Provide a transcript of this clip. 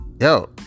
yo